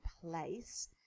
place